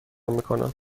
میکنم